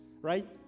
right